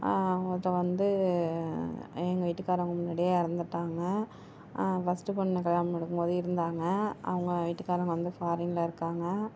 அது வந்து எங்கள் வீட்டுக்காரவங்க முன்னாடியே இறந்துட்டாங்க ஃபர்ஸ்ட்டு பொண்ணை கல்யாணம் பண்ணி கொடுக்கும்போது இருந்தாங்க அவங்க வீட்டுக்காரங்க வந்து ஃபாரினில் இருக்காங்க